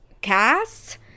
cast